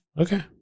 Okay